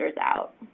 out